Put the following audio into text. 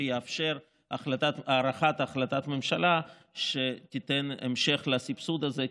שיאפשר הארכת החלטת ממשלה שתיתן המשך לסבסוד הזה,